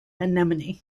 anemone